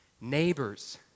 neighbors